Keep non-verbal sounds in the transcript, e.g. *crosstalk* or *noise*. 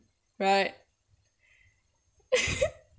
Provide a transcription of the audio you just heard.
right *laughs*